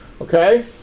okay